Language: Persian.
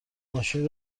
ماشین